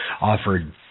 offered